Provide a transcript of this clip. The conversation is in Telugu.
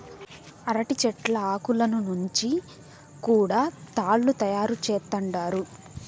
అరటి చెట్ల ఆకులను నుంచి కూడా తాళ్ళు తయారు చేత్తండారు